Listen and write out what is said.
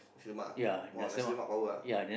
Nasi-Lemak ah !wah! Nasi-Lemak power ah